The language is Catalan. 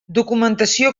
documentació